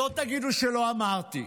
שלא תגידו שלא אמרתי.